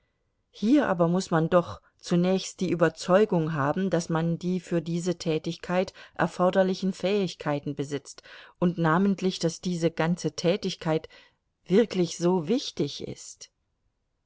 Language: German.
hier aber muß man doch zunächst die überzeugung haben daß man die für diese tätigkeit erforderlichen fähigkeiten besitzt und namentlich daß diese ganze tätigkeit wirklich so wichtig ist